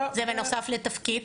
זה בנוסף לתפקיד.